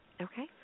Okay